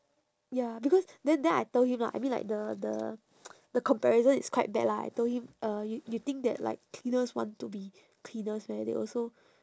ya because then then I told him lah I mean like the the the comparison is quite bad lah I told him uh you you think that like cleaners want to be cleaners meh they also